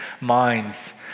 minds